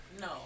No